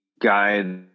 guy